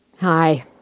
Hi